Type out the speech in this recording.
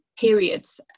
periods